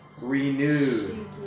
renewed